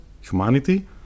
humanity